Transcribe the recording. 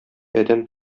адәм